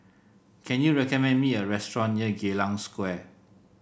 can you recommend me a restaurant near Geylang Square